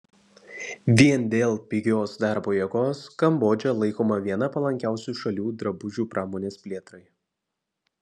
vien dėl pigios darbo jėgos kambodža laikoma viena palankiausių šalių drabužių pramonės plėtrai